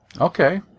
Okay